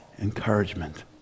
encouragement